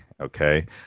Okay